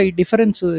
difference